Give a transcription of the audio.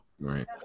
Right